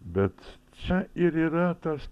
bet čia ir yra tas